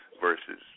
versus